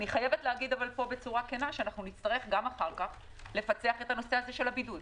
אבל נצטרך גם אחר כך לפצח את הנושא של הבידוד.